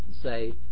say